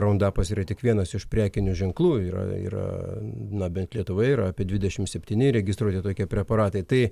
rondapas yra tik vienas iš prekinių ženklų yra yra na bent lietuvoje yra apie dvidešimt septyni įregistruoti tokie preparatai tai